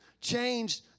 changed